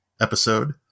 episode